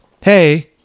Hey